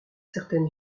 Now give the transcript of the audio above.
certaine